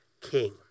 king